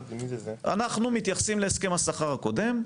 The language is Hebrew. אנחנו מתייחסים להסכם השכר הקודם,